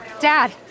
Dad